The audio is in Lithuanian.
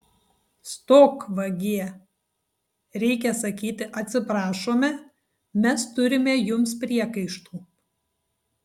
stok vagie reikia sakyti atsiprašome mes turime jums priekaištų